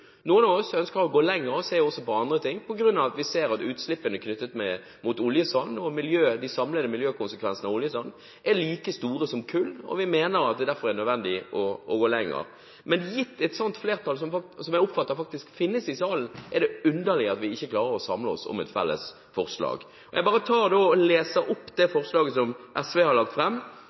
Noen av oss ønsker å gå lenger og se også på andre ting, på grunn av at vi ser at utslippene knyttet til oljesand og de samlede miljøkonsekvensene av oljesand er like store som for kull. Vi mener at det derfor er nødvendig å gå lenger. Gitt et sånt flertall som jeg oppfatter faktisk finnes i salen, er det underlig at vi ikke klarer å samle oss om et felles forslag. Jeg bare leser opp det forslaget som SV har lagt